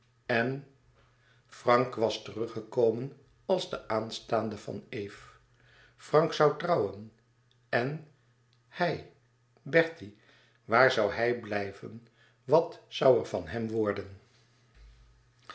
en frank was teruggekomen als de aanstaande van eve frank zoû trouwen en hij bertie waar zoû hij blijven wat zoû er van hem worden